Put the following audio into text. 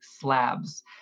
slabs